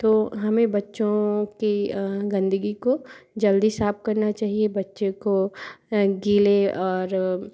तो हमें बच्चों के गंदगी को जल्दी साफ करना चाहिए बच्चे को गीले और